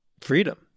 freedom